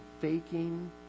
faking